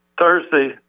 Thursday